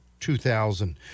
2000